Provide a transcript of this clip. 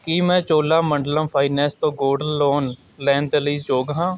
ਕੀ ਮੈਂ ਚੋਲਾਮੰਡਲਮ ਫਾਈਨੈਂਸ ਤੋਂ gold loan ਲੈਣ ਦੇ ਲਈ ਯੋਗ ਹਾਂ